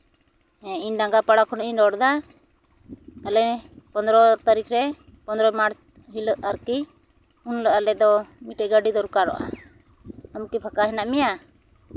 ᱦᱮᱸ ᱤᱧ ᱰᱟᱝᱜᱟ ᱯᱟᱲᱟ ᱠᱷᱚᱱᱟᱜ ᱤᱧ ᱨᱚᱲᱫᱟ ᱛᱟᱦᱚᱞᱮ ᱯᱚᱱᱫᱨᱚ ᱛᱟᱹᱨᱤᱠᱷ ᱨᱮ ᱯᱚᱱᱫᱨᱚ ᱢᱟᱨᱪ ᱦᱤᱞᱚᱜ ᱟᱨᱠᱤ ᱩᱱ ᱦᱤᱞᱳᱜ ᱟᱞᱮᱫᱚ ᱢᱤᱫᱴᱮᱡ ᱜᱟᱹᱰᱤ ᱫᱚᱨᱠᱟᱨᱚᱜᱼᱟ ᱟᱢᱠᱤ ᱯᱷᱟᱠᱟ ᱦᱮᱱᱟᱜ ᱢᱮᱱᱟᱜ ᱢᱮᱭᱟ